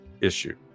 issue